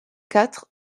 quatre